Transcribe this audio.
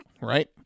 Right